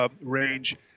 range